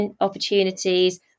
opportunities